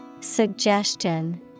Suggestion